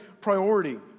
priority